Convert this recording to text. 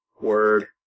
Word